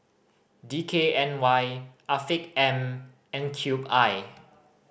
D K N Y Afiq M and Cube I